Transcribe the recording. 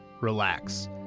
relax